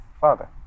father